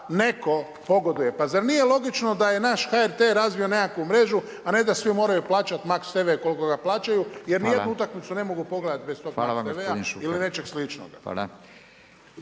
netko pogoduje. Pa zar nije logično da je naš HRT razvio nekakvu mrežu a ne da svi moraju plaćati MAX TV koliko ga plaćaju jer ni jednu utakmicu ne mogu pogledati bez tog MAX TV-a ili nečeg sličnoga.